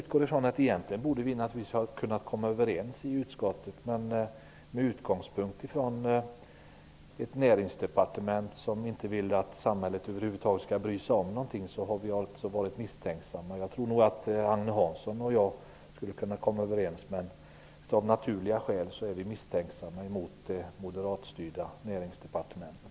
Vi borde naturligtvis ha kunnat komma överens i utskottet, men med tanke på att Näringsdepartementet inte vill att samhället över huvud taget skall bry sig om någonting har vi varit misstänksamma. Jag tror nog att Agne Hansson och jag skulle kunna komma överens, men av naturliga skäl är vi misstänksamma mot det moderatstyrda Näringsdepartementet.